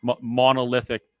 Monolithic